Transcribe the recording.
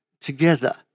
together